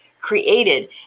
created